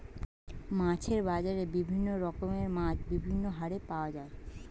মাছের বাজারে বিভিন্ন রকমের মাছ বিভিন্ন হারে পাওয়া যায়